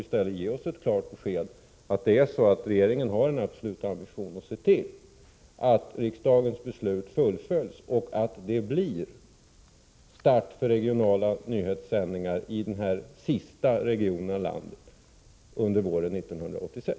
Statsrådet borde ge oss ett klart besked om att regeringen har en absolut ambition att se till att riksdagens beslut fullföljs och att de regionala nyhetssändningarna i den sista regionen i landet startar under våren 1986.